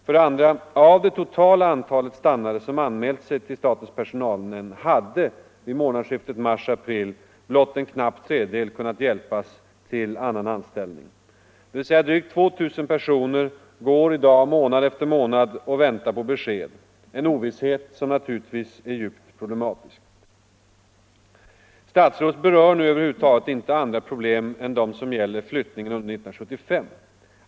För det andra: Av det totala antalet stannare som anmält sig till statens personalnämnd hade vid månadsskiftet mars-april blott en knapp tredjedel kunnat hjälpas till annan anställning, dvs. drygt 2000 personer går i dag månad efter månad och väntar på besked — en ovisshet som naturligtvis är djupt problematisk. Statsrådet berör nu över huvud taget inte andra problem än dem som gäller flyttningen under 1975.